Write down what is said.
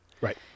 Right